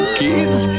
kids